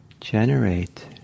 generate